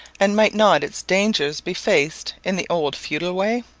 and might not its dangers be faced in the old feudal way?